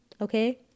okay